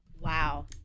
Wow